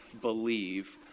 believe